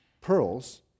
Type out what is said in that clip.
pearls